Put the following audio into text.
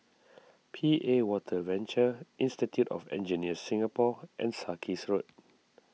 P A Water Venture Institute of Engineers Singapore and Sarkies Road